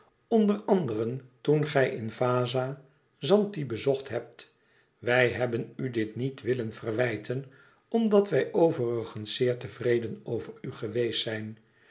onder anderen toen gij in vaza zanti bezocht hebt wij hebben u dit niet willen verwijten omdat wij overigens zeer tevreden over u geweest zijn